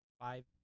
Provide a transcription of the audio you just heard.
five